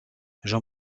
jean